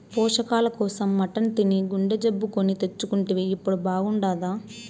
పోషకాల కోసం మటన్ తిని గుండె జబ్బు కొని తెచ్చుకుంటివి ఇప్పుడు బాగుండాదా